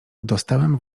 dostałem